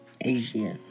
Asia